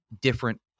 different